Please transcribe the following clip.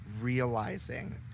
realizing